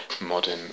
modern